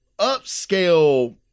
upscale